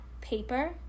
Paper